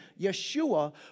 Yeshua